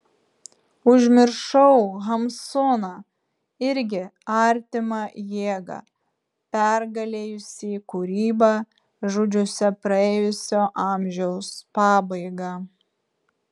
užmiršau hamsuną irgi artimą jėgą pergalėjusį kūrybą žudžiusią praėjusio amžiaus pabaigą